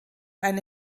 eine